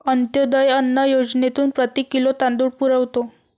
अंत्योदय अन्न योजनेतून प्रति किलो तांदूळ पुरवतो